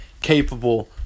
capable